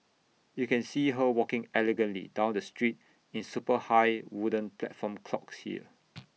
you can see her walking elegantly down the street in super high wooden platform clogs here